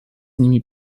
nim